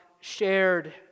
shared